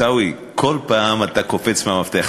עיסאווי, כל פעם אתה קופץ עם המפתח.